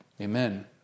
Amen